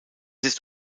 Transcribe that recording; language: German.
ist